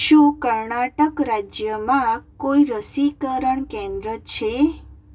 શું કર્ણાટક રાજ્યમાં કોઈ રસીકરણ કેન્દ્ર છે